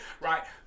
right